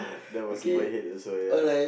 that was in my head also ya